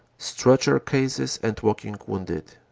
stretcher cases and walking wounded.